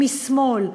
משמאל,